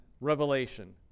revelation